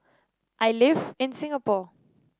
I live in Singapore